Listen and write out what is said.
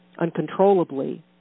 uncontrollably